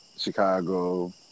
Chicago